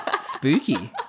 Spooky